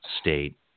state